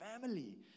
family